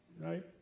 right